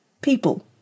people